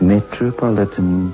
Metropolitan